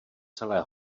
celé